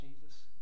Jesus